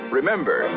Remember